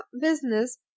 business